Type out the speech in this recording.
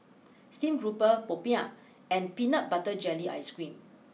Steamed grouper Popiah and Peanut Butter Jelly Ice cream